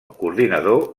coordinador